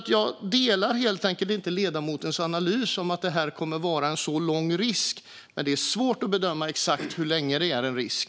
Jag delar helt enkelt inte ledamotens analys att det kommer att vara en så lång risk, men det är svårt att bedöma hur länge det är en risk.